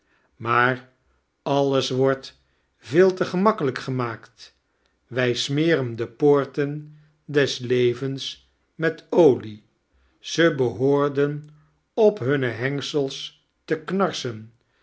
maar alles wordlt veel te gemakkeiirjk gemaakt wij smeren de paorten des levens met olie ze behoarden op hunne hengsels te knarsen